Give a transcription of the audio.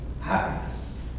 happiness